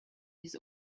his